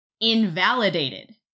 invalidated